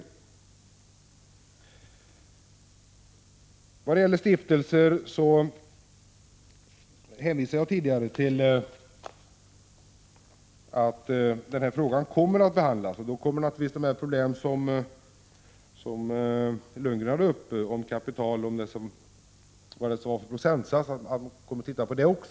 Som jag framhöll tidigare kommer frågan om stiftelser att tas upp till behandling, och då kommer man också att se över de problem som Bo Lundgren tog upp om kapital och procentsats.